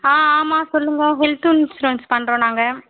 ஆ ஆமாம் சொல்லுங்கள் health insurance பண்ணுறோம் நாங்கள்